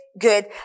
good